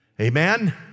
Amen